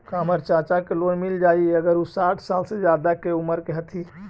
का हमर चाचा के लोन मिल जाई अगर उ साठ साल से ज्यादा के उमर के हथी?